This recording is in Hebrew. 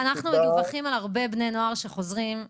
על כמה מאומתים אנחנו עומדים היום?